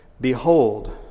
Behold